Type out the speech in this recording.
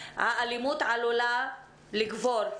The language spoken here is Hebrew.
האלימות עלולה לגבור,